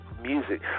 music